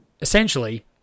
essentially